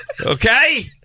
Okay